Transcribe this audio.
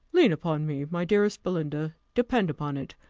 lean upon me, my dearest belinda depend upon it,